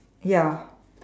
ya